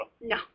No